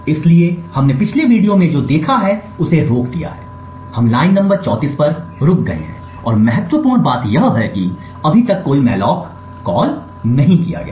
इसलिए हमने पिछले वीडियो में जो देखा है उसे रोक दिया है हम लाइन नंबर 34 पर रुक गए हैं और महत्वपूर्ण बात यह है कि अभी तक कोई मॉलोक कॉल नहीं गया है